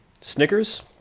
Snickers